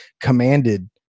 commanded